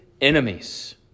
enemies